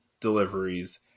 deliveries